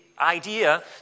idea